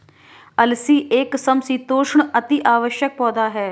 अलसी एक समशीतोष्ण का अति आवश्यक पौधा है